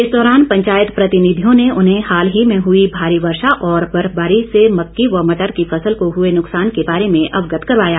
इस दौरान पंचायत प्रतिनिधियों ने उन्हें हाल ही में हुई भारी वर्षा और बर्फबारी से मक्की व मटर की फसल को हुए नुक्सान के बारे में अवगत करवाया